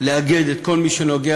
לאגד את כל מי שנוגע,